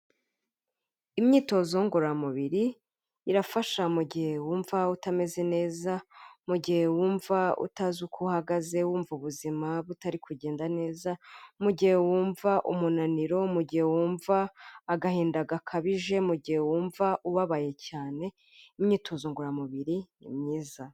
Imyitozo ngororamubiri irafasha mu gihe wumva utameze neza, mu gihe wumva utazi uko uhagaze wumva ubuzima butari kugenda neza, mu gihe wumva umunaniro, mu gihe wumva agahinda gakabije, mu gihe wumva ubabaye cyane imyitozo ngororamubiri ni myiza.